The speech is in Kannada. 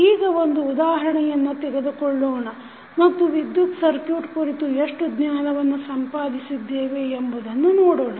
ಈಗ ಒಂದು ಉದಾಹರಣೆಯನ್ನು ತೆಗೆದುಕೊಳ್ಳೋಣ ಮತ್ತು ವಿದ್ಯುತ್ ಸರ್ಕುಟ್ ಕುರಿತು ಎಷ್ಟು ಜ್ಞಾನವನ್ನು ಸಂಪಾದಿಸಿದ್ದೇವೆ ಎಂಬುದನ್ನು ನೋಡೋಣ